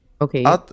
Okay